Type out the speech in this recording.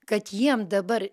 kad jiem dabar